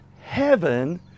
heaven